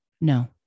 No